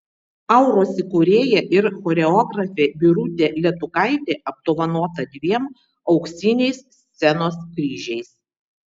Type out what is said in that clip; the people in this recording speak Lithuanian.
auros įkūrėja ir choreografė birutė letukaitė apdovanota dviem auksiniais scenos kryžiais